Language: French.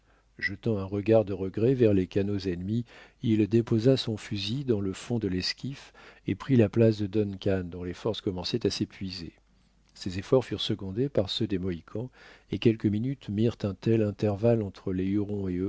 jetant un regard de regret vers les canots ennemis il déposa son fusil dans le fond de l'esquif et prit la place de duncan dont les forces commençaient à s'épuiser ses efforts furent secondés par ceux des mohicans et quelques minutes mirent un tel intervalle entre les